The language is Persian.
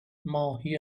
ماهی